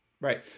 Right